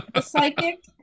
Psychic